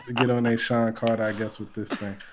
get on they shawn carter, i guess, with this thing.